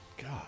God